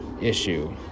issue